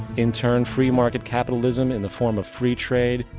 in turn, free market capitalism in the form of free trade,